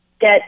get